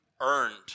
earned